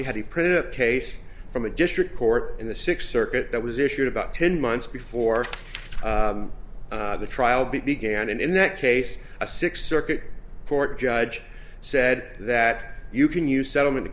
koski had he printed a case from a district court in the sixth circuit that was issued about ten months before the trial began and in that case a six circuit court judge said that you can use settlement